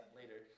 later